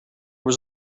was